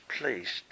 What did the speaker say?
placed